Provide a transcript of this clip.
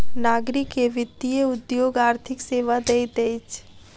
नागरिक के वित्तीय उद्योग आर्थिक सेवा दैत अछि